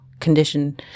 condition